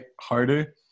harder